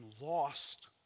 lost